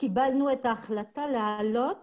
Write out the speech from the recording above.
קיבלנו את ההחלטה לעלות